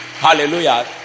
Hallelujah